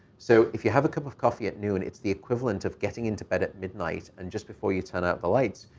so if you have a cup of coffee at noon, it's the equivalent of getting into bed at midnight. and just before you turn out the lights,